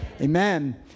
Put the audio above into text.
Amen